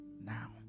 Now